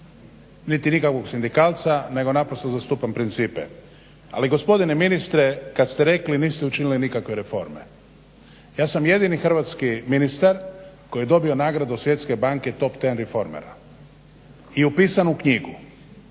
niti nikakvog sindikalca, nego naprosto zastupam principe. Ali gospodine ministre, kad ste rekli niste učinili nikakve reforme. Ja sam jedini hrvatski ministar koji je dobio nagradu od Svjetske banke top ten reformera i upisan u knjigu.